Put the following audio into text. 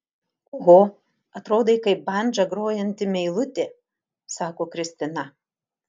oho atrodai kaip bandža grojanti meilutė sako kristina